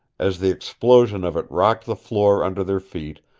as the explosion of it rocked the floor under their feet,